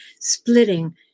splitting